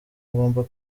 ngomba